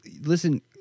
listen